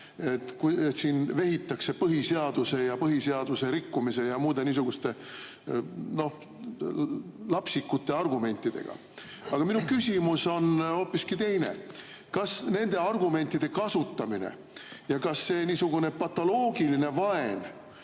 et siin vehitakse põhiseaduse ja põhiseaduse rikkumise ja muude niisuguste lapsikute argumentidega. Aga minu küsimus on hoopiski teine. Kas nende argumentide kasutamine ja kas see niisugune patoloogiline vaen,